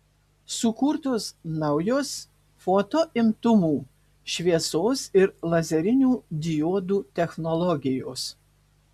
sukurtos naujos fotoimtuvų šviesos ir lazerinių diodų technologijos